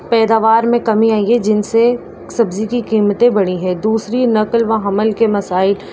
پیداوار میں کمی آئی ہے جن سے سبزی کی قیمتیں بڑھی ہیں دوسری نقل و حمل کے مسائل